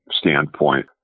standpoint